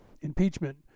impeachment